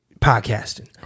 Podcasting